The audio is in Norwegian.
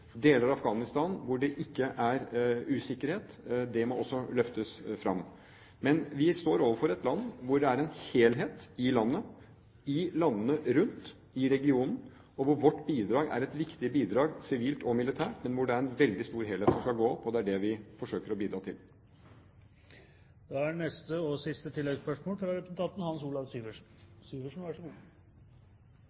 Deler av Afghanistan hvor det ikke er usikkerhet, må også løftes fram. Men vi står overfor et land hvor det er en veldig stor helhet som skal gå opp i landet, i landene rundt og i regionen, og hvor vårt bidrag er et viktig bidrag sivilt og militært. Det er det vi forsøker å bidra til. Hans Olav Syversen – til oppfølgingsspørsmål. Jeg har lyst til å komme litt tilbake til det som er